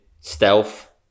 stealth